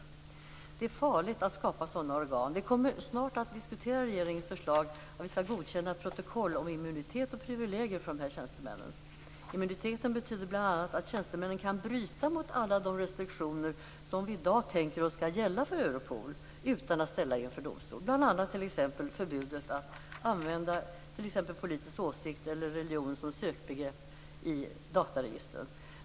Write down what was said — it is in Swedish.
Det är farligt att skapa sådana organ. Vi kommer snart att diskutera regeringens förslag att vi skall godkänna ett protokoll om immunitet och privilegier för dessa tjänstemän. Immuniteten betyder bl.a. att tjänstemännen kan bryta mot alla de restriktioner som vi i dag tänker oss skall gälla för Europol utan att ställas inför domstol. Det gäller bl.a. förbudet att använda t.ex. politisk åsikt eller religion som sökbegrepp i dataregistren.